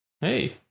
Hey